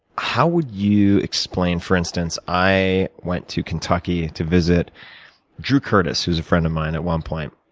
how would you explain, for instance, i went to kentucky to visit drew curtis who was a friend of mine, at one point.